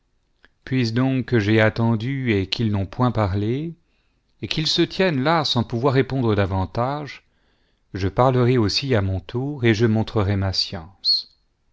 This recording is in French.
puis donc que j'ai attendu et qu'ils n'ont point parlé et qu'ils se tiennent là sans pouvoir répondre davantage je parlerai aussi à mon tour et je montrerai ma science